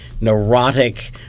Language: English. neurotic